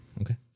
okay